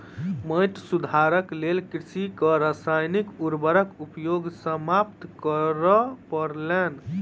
माइट सुधारक लेल कृषकक रासायनिक उर्वरक उपयोग समाप्त करअ पड़लैन